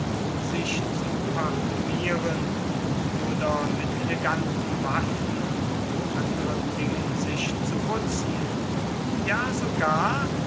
sich zu parfümieren oder mit eleganten waffen und andern dingen sich zu putzen ja sogar